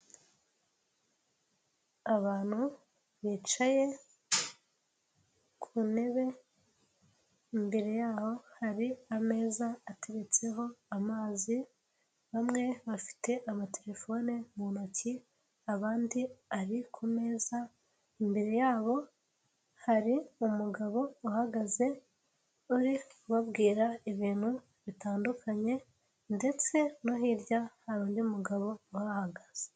Abantu bicaye ku ntebe imbere y'aho hari ameza ateretseho amazi, bamwe bafite amatelefone mu ntoki abandi ari ku meza, imbere yabo hari umugabo uhagaze uri ubabwira ibintu bitandukanye ndetse no hirya hari undi mugabo uhahagaze.